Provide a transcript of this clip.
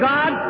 God